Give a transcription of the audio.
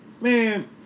Man